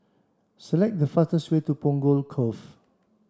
select the fastest way to Punggol Cove